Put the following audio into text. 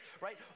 right